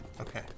Okay